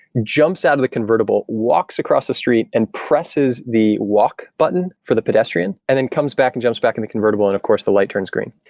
jumps out of the convertible, walks across the street and presses the walk button for the pedestrian and then comes back and jumps back in the convertible and, of course, the light turns green.